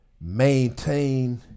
Maintain